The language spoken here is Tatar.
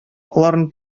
аларны